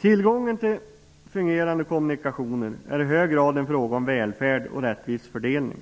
Tillgången till fungerande kommunikationer är i hög grad en fråga om välfärd och rättvis fördelning.